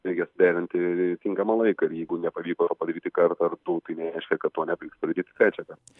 reikia suderinti tinkamą laiką ir jeigu nepavyko to padaryti kartą ar du tai nereiškia kad to nepavyks padaryti trečią kar